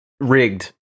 rigged